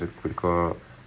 mm mm mm